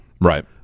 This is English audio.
Right